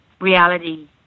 reality